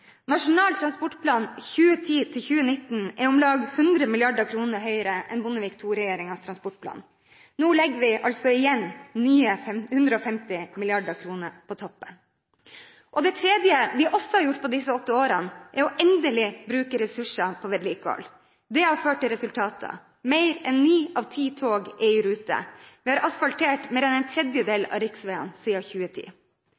Nasjonal transportplan 2010–2019 er om lag 100 mrd. kr større enn Bondevik II-regjeringens transportplan. Nå legger vi nye 150 mrd. kr på toppen. Det tredje vi også har gjort på disse åtte årene, er endelig å bruke ressurser på vedlikehold. Det har ført til resultater: Mer enn ni av ti tog er i rute, og vi har asfaltert mer enn en